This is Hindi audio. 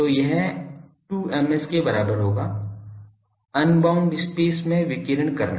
तो यह 2Ms के बराबर होगा अनबाउंड स्पेस में विकीर्ण करना